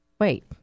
wait